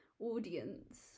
audience